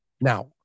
Now